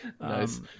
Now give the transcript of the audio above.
Nice